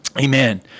Amen